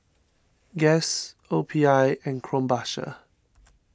Guess O P I and Krombacher